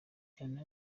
cyane